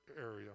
area